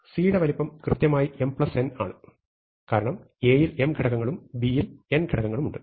C യുടെ വലുപ്പം കൃത്യമായി mn ആണ് കാരണം A യിൽ m ഘടകങ്ങളും B യിൽ n ഘടകങ്ങളുമൂണ്ട്